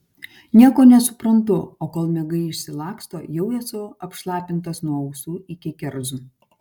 nieko nesuprantu o kol miegai išsilaksto jau esu apšlapintas nuo ausų iki kerzų